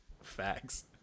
Facts